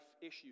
issues